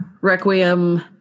Requiem